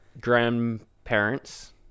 grandparents